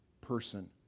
person